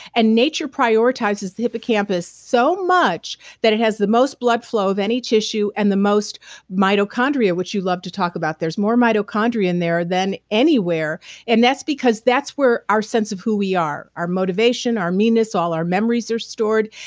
and nature prioritizes the hippocampus so much that it has the most blood flow of any tissue and the most mitochondria which you love to talk about. there's more mitochondria in there than anywhere and that's because that's where our sense of who we are, our motivation, our meanness, all our memories are stored.